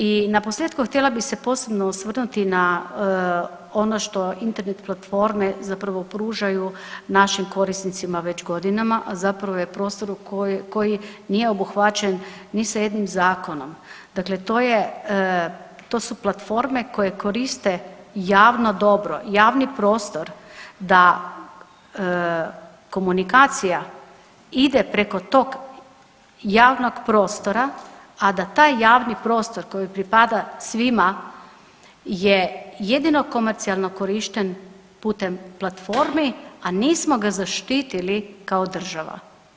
I na posljetku htjela bih se posebno osvrnuti na ono što Internet platforme pružaju našim korisnicima već godinama, a zapravo je prostor koji nije obuhvaćen ni sa jednim zakonom, dakle to su platforme koje koriste javno dobro, javni prostor da komunikacija ide preko tog javnog prostora, a da taj javni prostor koji pripada svima je jedino komercijalno korišten putem platformi, a nismo ga zaštitili kao država.